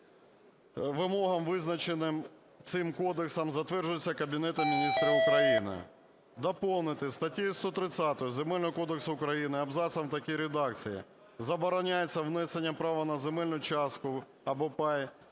вимогам, визначеним цим Кодексом, затверджується Кабінетом Міністрів України". Доповнити статтю 130 Земельного кодексу України абзацом в такій редакції: "Забороняється внесення права на земельну частку або пай